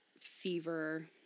fever